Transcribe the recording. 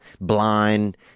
blind